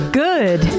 good